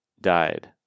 died